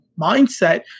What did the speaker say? mindset